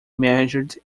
measured